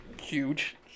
huge